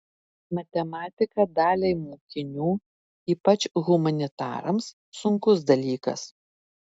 matematika daliai mokinių ypač humanitarams sunkus dalykas